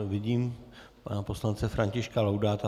Vidím pana poslance Františka Laudáta.